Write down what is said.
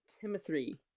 Timothy